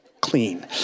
clean